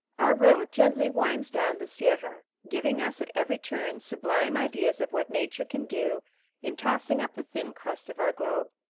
our road gently winds down the sierra, giving us at every turn sublime ideas of what nature can do in tossing up the thin crust of our globe.